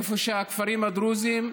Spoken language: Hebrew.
איפה שהכפרים הדרוזיים,